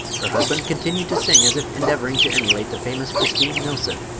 her husband continued to sing as if endeavoring to emulate the famous christine nillson,